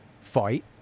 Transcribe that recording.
fight